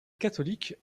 catholiques